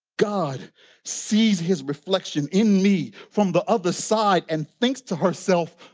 god sees his reflection in me from the other side and thinks to herself,